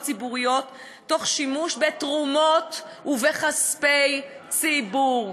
ציבוריות תוך שימוש בתרומות ובכספי ציבור.